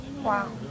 Wow